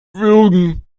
würgen